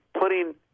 putting